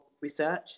research